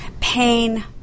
pain